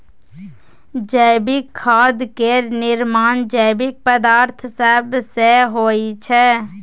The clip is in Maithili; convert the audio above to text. जैविक खाद केर निर्माण जैविक पदार्थ सब सँ होइ छै